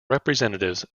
representatives